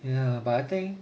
ya but I think